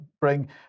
bring